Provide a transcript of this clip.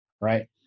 right